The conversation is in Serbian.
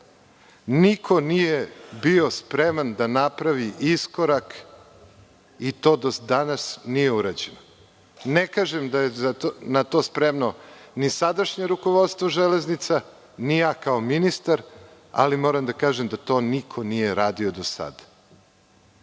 niko nije bio spreman da napravi iskorak i to do danas nije urađeno. Ne kažem da je na to spremno ni sadašnje rukovodstvo Železnica, ni ja kao ministar, ali moram da kažem da to niko nije radio do